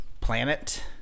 planet